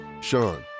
Sean